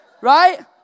Right